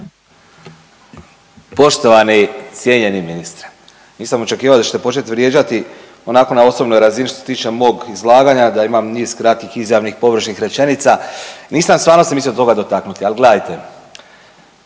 Poštovani i cijenjeni ministre, nisam očekivao da ćete počet vrijeđati onako na osobnoj razini što se tiče mog izlaganja da imam niz kratkih izjavnih površnih rečenica. Nisam stvarno se mislio toga dotaknuti, ali gledajte,